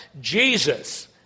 Jesus